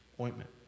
ointment